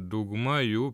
dauguma jų